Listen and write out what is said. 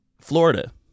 Florida